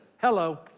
hello